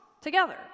together